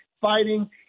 fighting